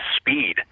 speed